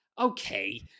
Okay